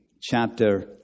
chapter